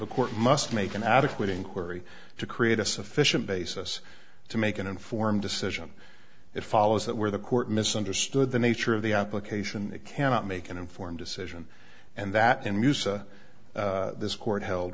the court must make an adequate inquiry to create a sufficient basis to make an informed decision it follows that where the court misunderstood the nature of the application cannot make an informed decision and that in musa this court held